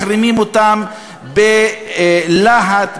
מחרימים אותם בלהט,